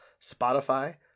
Spotify